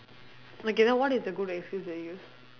okay then what is a good excuse that you use